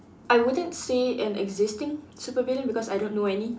I wouldn't say an existing super villain because I don't know any